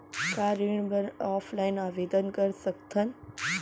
का ऋण बर ऑफलाइन आवेदन कर सकथन?